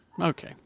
okay